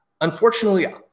unfortunately